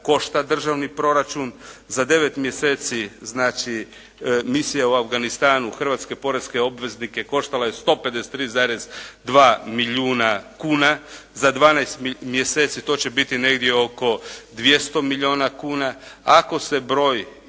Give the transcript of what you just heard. košta državni proračun, za 9 mjeseci, znači Misija u Afganistanu hrvatske porezne obveznike koštala je 153,2 milijuna kuna, za 12 mjeseci to će biti negdje oko 200 milijuna kuna, ako se brojnost